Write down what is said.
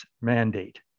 mandate